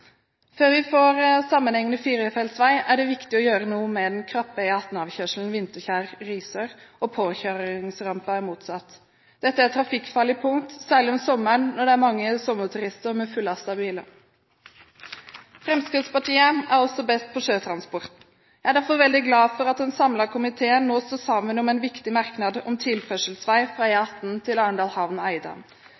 Før vi får sammenhengende firefelts vei, er det viktig å gjøre noe med den krappe E18-avkjørselen Vinterkjær–Risør og påkjøringsrampen i motsatt retning. Dette er et trafikkfarlig punkt, særlig om sommeren når det er mange sommerturister med fullastede biler. Fremskrittspartiet er også best på sjøtransport. Jeg er derfor veldig glad for at en samlet komité står sammen om en viktig merknad om tilførselsvei fra